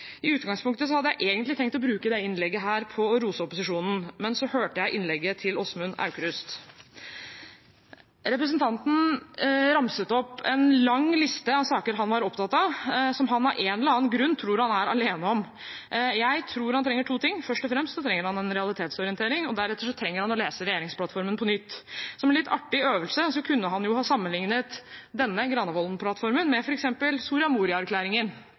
I utgangspunktet hadde jeg egentlig tenkt å bruke dette innlegget på å rose opposisjonen, men så hørte jeg innlegget til Åsmund Aukrust. Representanten ramset opp en lang liste av saker han var opptatt av, og som han av en eller annen grunn tror han er alene om. Jeg tror han trenger to ting. Først og fremst trenger han en realitetsorientering, og deretter trenger han å lese regjeringsplattformen på nytt. Som en litt artig øvelse kunne han jo ha sammenlignet denne Granavolden-plattformen med f.eks. Soria